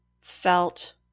felt